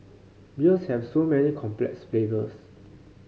beers have so many complex flavours